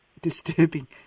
disturbing